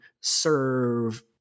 serve